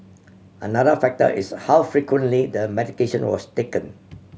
another factor is how frequently the medication was taken